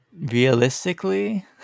realistically